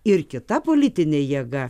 ir kita politinė jėga